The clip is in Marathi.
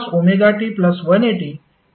ते पुन्हा cos ωt होईल